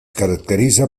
caracteritza